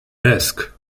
desk